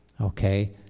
okay